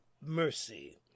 mercy